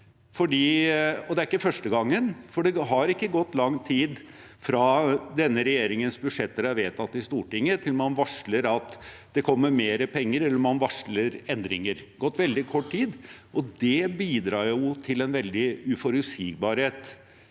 det er ikke første gangen, for det har ikke gått lang tid fra denne regjeringens budsjetter er vedtatt i Stortinget, til man varsler at det kommer mer penger, eller man varsler endringer. Det har gått veldig kort tid, og det bidrar til en veldig uforutsigbarhet